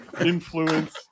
influence